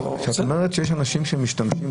כשאת אומרת שיש אנשים שמשתמשים,